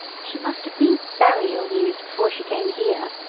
she must have been very ill-used before she came here.